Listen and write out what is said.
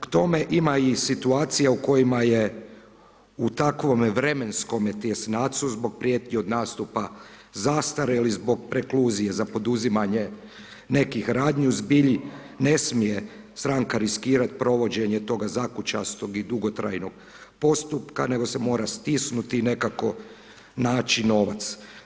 K tome ima i situacija u kojima je u takvome vremenskome tjesnacu zbog prijetnji od nastupa zastre ili zbog prekluzije za poduzimanje nekih radnji u zbilji ne smije stranka riskirati provođenje toga zakučastog i dugotrajnog postupka nego se mora stisnuti i nekako naći novac.